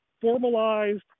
formalized